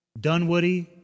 Dunwoody